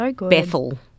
Bethel